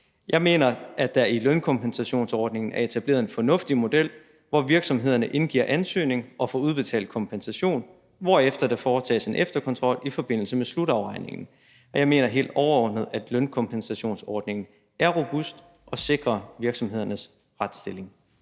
Jeg mener, at der i lønkompensationsordningen er etableret en fornuftig model, hvor virksomhederne indgiver ansøgning og får udbetalt kompensation, hvorefter der foretages en efterkontrol i forbindelse med slutafregningen, og jeg mener helt overordnet, at lønkompensationsordningen er robust og sikrer virksomhedernes retsstilling.